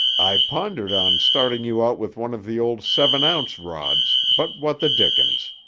i pondered on starting you out with one of the old seven-ounce rods but what the dickens.